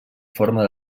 forma